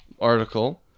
article